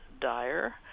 dire